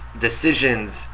decisions